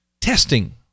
testing